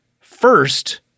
first